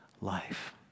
life